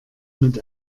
mit